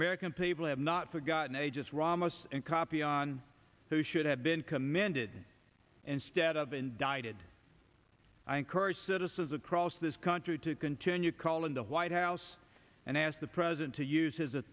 american people have not forgotten a just ramos and copy on who should have been commended instead of indicted i encourage citizens across this country to continue calling the white house and ask the president to use